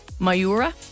Mayura